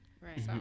Right